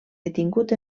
detingut